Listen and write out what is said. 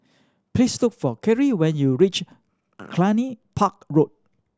please look for Khiry when you reach Cluny Park Road